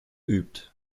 übt